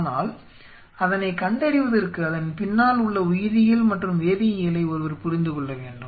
ஆனால் அதனை கண்டறிவதற்கு அதன் பின்னால் உள்ள உயிரியல் மற்றும் வேதியியலை ஒருவர் புரிந்துகொள்ள வேண்டும்